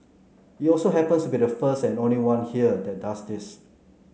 it also happens to be the first and only one here that does this